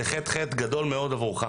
זה חיזוק חיובי גדול מאוד עבורך.